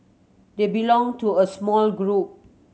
they belong to a small group